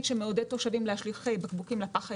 שמעודד תושבים להשליך בקבוקים לפח הירוק,